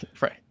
Right